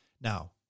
Now